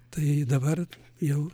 tai dabar jau